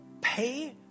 pay